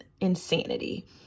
insanity